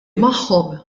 magħhom